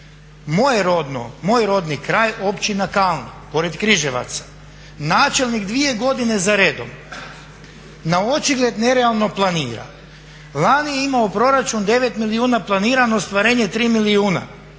moj rodni kraj općina Kalnik, pored Križevaca, načelnik dvije godine za redom na očigled nerealno planira, lani je imamo proračun 9 milijuna, planirano ostvarenje 3 milijuna,